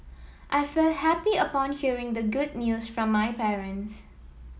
I felt happy upon hearing the good news from my parents